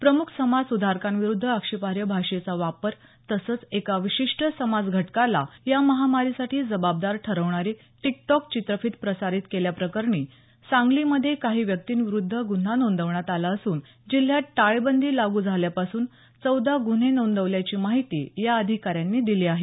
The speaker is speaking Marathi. प्रमुख समाज सुधारकांविरुद्ध आक्षेपार्ह भाषेचा वापर तसंच एका विशिष्ट समाज घटकाला या महामारीसाठी जबाबदार ठरवणारी टिक टॉक चित्रफित प्रसारित केल्या प्रकरणी सांगलीमधे काही व्यक्तींविरुद्ध गुन्हा नोंदवण्यात आला असून जिल्ह्यात टाळेबंदी लागू झाल्यापासून चौदा गुन्हे नोंदवल्याची माहिती या अधिकाऱ्यांनी दिली आहे